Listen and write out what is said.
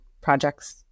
projects